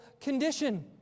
condition